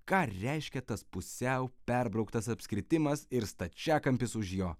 ką reiškia tas pusiau perbrauktas apskritimas ir stačiakampis už jo